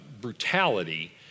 brutality